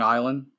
Island